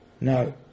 No